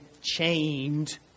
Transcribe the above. chained